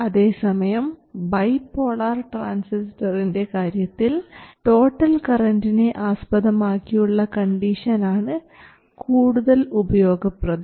അതേസമയം ബൈപോളാർ ട്രാൻസിസ്റ്ററിൻറെ കാര്യത്തിൽ ടോട്ടൽ കറൻറിനെ ആസ്പദമാക്കിയുള്ള കണ്ടീഷൻ ആണ് കൂടുതൽ ഉപയോഗപ്രദം